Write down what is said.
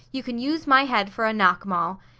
you can use my head for a knock-maul.